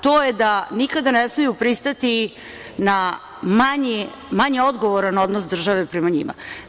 To je da nikada ne smeju pristati na manje odgovoran odnos države prema njima.